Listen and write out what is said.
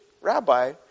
rabbi